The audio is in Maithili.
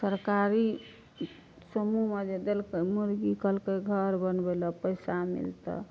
सरकारी समूहमे जे देलकै मुर्गी कहलकै घर बनबै लए पैसा मिलतऽ